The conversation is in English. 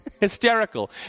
Hysterical